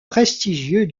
prestigieux